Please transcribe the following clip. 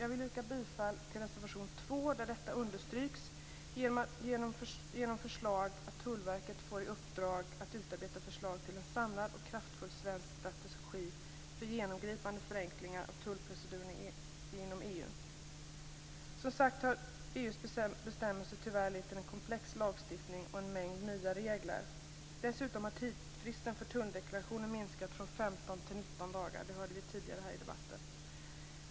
Jag vill yrka bifall till reservation 2, där detta understryks genom förslag om att Tullverket får i uppdrag att utarbeta förslag till en samlad och kraftfull svensk strategi för genomgripande förenklingar av tullproceduren inom EU. Som sagt har EU:s bestämmelser tyvärr lett till en komplex lagstiftning och en mängd nya regler. Dessutom har tidsfristen för tulldeklarationer minskat från 15 till 9 dagar. Det hörde vi tidigare i debatten.